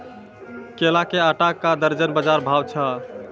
केला के आटा का दर्जन बाजार भाव छ?